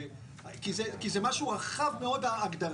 כי ההגדרה בספרות זה משהו רחב מאוד.